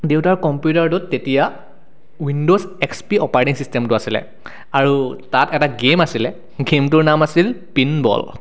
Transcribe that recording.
দেউতাৰ কম্পিউটাৰটোত তেতিয়া উইণ্ড'ছ এক্স পি অপাৰেট ছিষ্টেমটো আছিলে আৰু তাত এটা গেম আছিলে গেমটোৰ নাম আছিল পিন বল